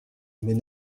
mais